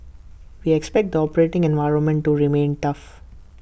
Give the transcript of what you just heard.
we expect the operating environment to remain tough